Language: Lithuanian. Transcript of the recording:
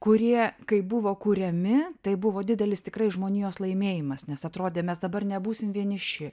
kurie kai buvo kuriami tai buvo didelis tikrai žmonijos laimėjimas nes atrodė mes dabar nebūsim vieniši